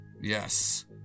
Yes